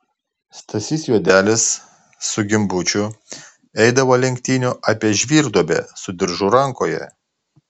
stasys juodelis su gimbučiu eidavo lenktynių apie žvyrduobę su diržu rankoje